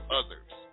others